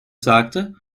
sagte